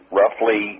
roughly